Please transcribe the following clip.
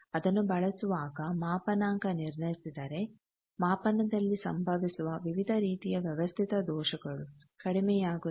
ಅದನ್ನು ಬಳಸುವಾಗ ಮಾಪನಾಂಕ ನಿರ್ಣಯಿಸಿದರೆ ಮಾಪನದಲ್ಲಿ ಸಂಭವಿಸುವ ವಿವಿಧ ರೀತಿಯ ವ್ಯವಸ್ಥಿತ ದೋಷಗಳು ಕಡಿಮೆಯಾಗುತ್ತದೆ